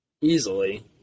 easily